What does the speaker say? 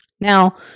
Now